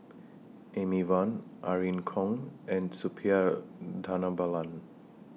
Amy Van Irene Khong and Suppiah Dhanabalan